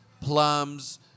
plums